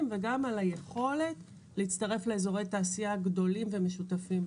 וגם על היכולת להצטרף לאזורי תעשייה גדולים ומשתפים.